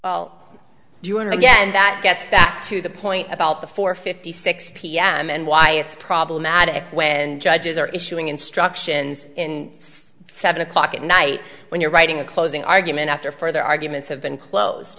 well you want again that gets back to the point about the four fifty six pm and why it's problematic when judges are issuing instructions in seven o'clock at night when you're writing a closing argument after further arguments have been closed